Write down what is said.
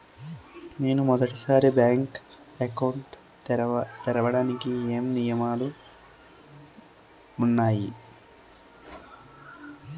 నేను మొదటి సారి బ్యాంక్ అకౌంట్ తెరవడానికి ఏమైనా నియమాలు వున్నాయా?